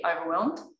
overwhelmed